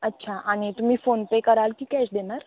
अच्छा आणि तुम्ही फोनपे कराल की कॅश देणार